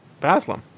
Baslam